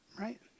right